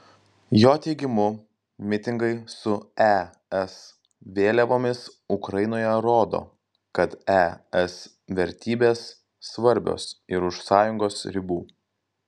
jo teigimu mitingai su es vėliavomis ukrainoje rodo kad es vertybės svarbios ir už sąjungos ribų